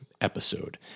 episode